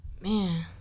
Man